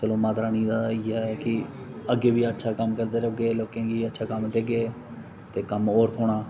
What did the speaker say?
चलो माता रानी दा इ'यै की अग्गै बी अच्छा कम्म करदे रौह्गे लोकें गी अच्छा कम्म देगे ते कम्म होर थ्होना